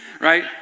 right